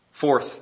Fourth